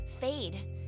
fade